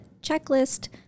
checklist